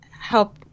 help